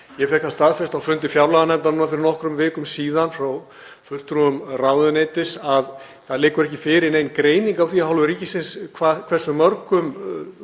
Ég fékk það staðfest á fundi fjárlaganefndar fyrir nokkrum vikum síðan frá fulltrúum ráðuneytis að það liggur ekki fyrir nein greining á því af hálfu ríkisins hversu mörgum